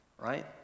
right